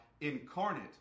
incarnate